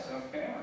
okay